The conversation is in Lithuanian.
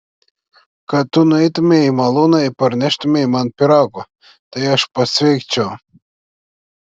kad tu nueitumei į malūną ir parneštumei man pyragų tai aš pasveikčiau